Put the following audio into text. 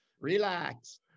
Relax